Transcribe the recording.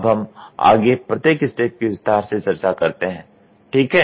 अब हम आगे प्रत्येक स्टेप की विस्तार से चर्चा करते हैं ठीक है